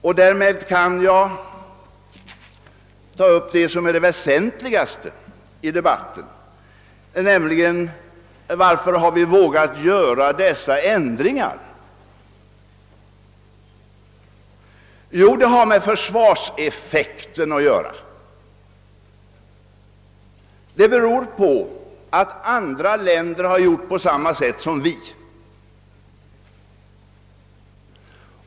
Och därmed vill jag ta upp det väsentligaste i de batten, nämligen frågan hur vi vågat göra dessa ändringar. Ja, det har med försvarseffekten att göra och med att andra länder har förfarit på samma sätt som vi.